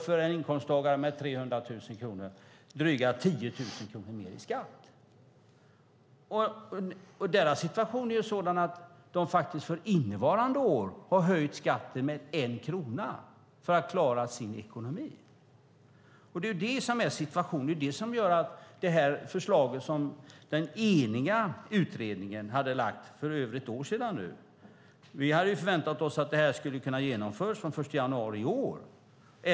För en inkomsttagare med 300 000 kronor blir det drygt 10 000 kronor mer i skatt. Deras situation är sådan att de faktiskt för innevarande år har höjt skatten med 1 krona för att klara sin ekonomi. Det är situationen. Det förslag som den eniga utredningen hade lagt fram för över ett år sedan har ännu inte blivit genomfört. Vi hade förväntat oss att det skulle kunna genomföras från den 1 januari i år.